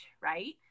Right